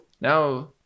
now